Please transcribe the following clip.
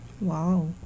Wow